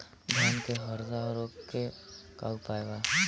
धान में हरदा रोग के का उपाय बा?